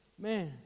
man